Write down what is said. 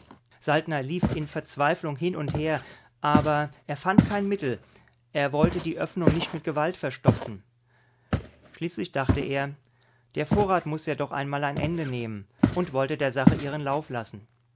saltner lief in verzweiflung hin und her aber er fand kein mittel er wollte die öffnung nicht mit gewalt verstopfen schließlich dachte er der vorrat muß ja doch einmal ein ende nehmen und wollte der sache ihren lauf lassen